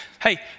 Hey